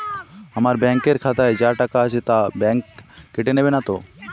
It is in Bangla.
আমার ব্যাঙ্ক এর খাতায় যা টাকা আছে তা বাংক কেটে নেবে নাতো?